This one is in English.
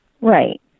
right